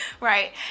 right